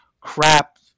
crap